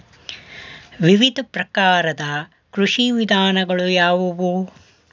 ವಿವಿಧ ಪ್ರಕಾರದ ಕೃಷಿ ವಿಧಾನಗಳು ಯಾವುವು?